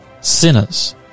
sinners